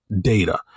data